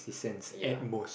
ya